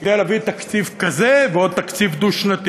כדי להביא תקציב כזה, ועוד תקציב דו-שנתי.